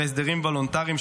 אלה הסדרים וולונטריים,